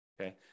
okay